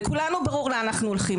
לכולנו ברור לאן אנחנו הולכים,